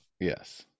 Yes